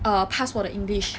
err pass 我的 english